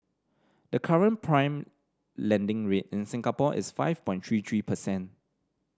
the current prime lending rate in Singapore is five point three three percent